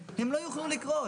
הן לא יוכלו לקרות.